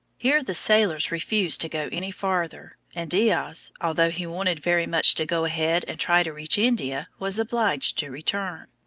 here the sailors refused to go any farther, and diaz, although he wanted very much to go ahead and try to reach india, was obliged to return.